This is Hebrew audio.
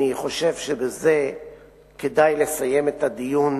אני חושב שבזה כדאי לסיים את הדיון